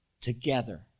together